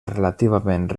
relativament